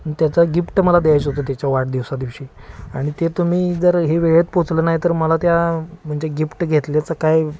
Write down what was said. त्याचा गिफ्ट मला द्यायचं होतं त्याच्या वाढदिवसादिवशी आणि ते तुम्ही जर हे वेळेत पोचलं नाही तर मला त्या म्हणजे गिफ्ट घेतल्याचं काय